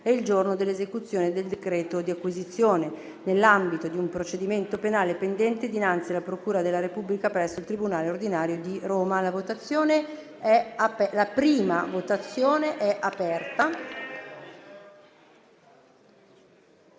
e il giorno dell'esecuzione del decreto di acquisizione, nell'ambito di un procedimento penale pendente dinanzi alla procura della Repubblica presso il tribunale ordinario di Roma. *(Segue la votazione)*.